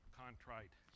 contrite